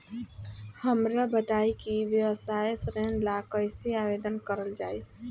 हमरा बताई कि व्यवसाय ऋण ला कइसे आवेदन करल जाई?